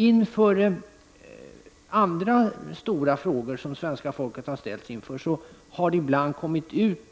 I samband med andra stora frågor, som svenska folket har ställts inför, har det ibland kommit ut